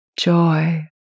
Joy